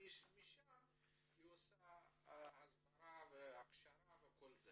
ומשם היא עושה הסברה, הכשרה וכדומה.